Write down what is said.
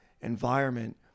environment